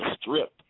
strip